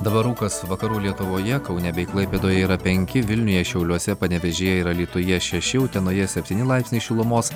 dabar rūkas vakarų lietuvoje kaune bei klaipėdoje yra penki vilniuje šiauliuose panevėžyje ir alytuje šeši utenoje septyni laipsniai šilumos